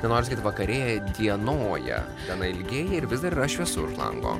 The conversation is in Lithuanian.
nenoriu sakyt vakarėja dienoja diena ilgėja ir vis dar yra šviesiu už lango